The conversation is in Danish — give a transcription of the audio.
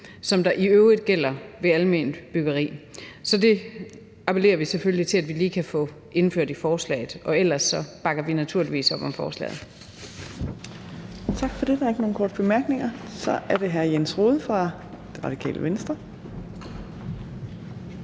som der i øvrigt gælder ved alment byggeri. Så det appellerer vi selvfølgelig til at vi lige kan få indført i forslaget. Og ellers bakker vi naturligvis op om forslaget. Kl. 15:40 Fjerde næstformand (Trine Torp): Tak for det. Der er ikke nogen korte bemærkninger. Så er det hr. Jens Rohde fra Radikale Venstre.